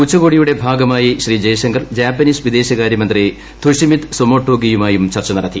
ഉച്ചകോടിയുടെ ഭാഗമായി ശ്രീജയശങ്കർ ജാപ്പനീസ് വിദേശകാര്യമന്ത്രി തൊഷിമിത് സുമൊട്ടേഗിയുമായും ചർച്ച നടത്തി